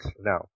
Now